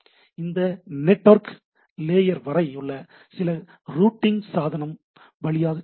அதன் network layer வரை உள்ள சில ரூட்டிங் சாதனம் வழியாக செல்கிறது